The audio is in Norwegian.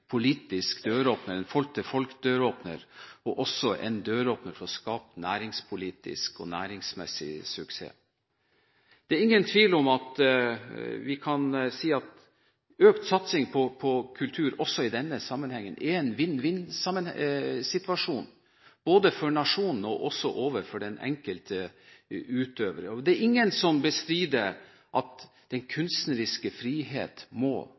politisk folk-til-folk-døråpner og også en døråpner for å skape næringspolitisk og næringsmessig suksess. Det er ingen tvil om at vi kan si at økt satsing på kultur også i denne sammenhengen er en vinn-vinn-situasjon, både for nasjonen og også overfor den enkelte utøver. Det er ingen som bestrider at den kunstneriske frihet må